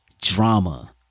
drama